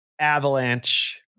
Avalanche